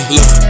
Look